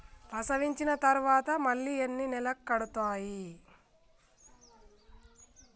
ప్రసవించిన తర్వాత మళ్ళీ ఎన్ని నెలలకు కడతాయి?